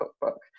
cookbook